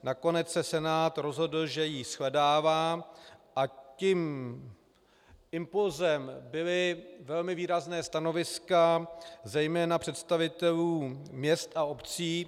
Nakonec se Senát rozhodl, že ji shledává, a tím impulsem byla velmi výrazná stanoviska zejména představitelů měst a obcí.